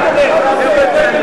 מהאדמה.